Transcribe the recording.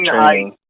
training